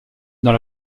dans